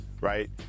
right